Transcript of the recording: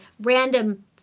random